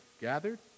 gathered